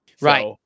Right